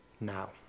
now